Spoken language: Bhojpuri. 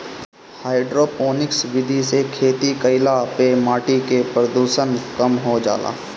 हाइड्रोपोनिक्स विधि से खेती कईला पे माटी के प्रदूषण कम हो जाला